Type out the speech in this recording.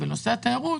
בנושא התיירות